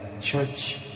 church